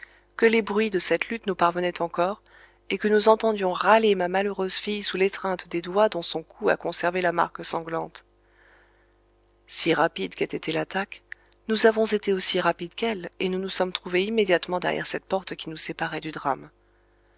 que les bruits de cette lutte nous parvenaient encore et que nous entendions râler ma malheureuse fille sous l'étreinte des doigts dont son cou a conservé la marque sanglante si rapide qu'ait été l'attaque nous avons été aussi rapides qu'elle et nous nous sommes trouvés immédiatement derrière cette porte qui nous séparait du drame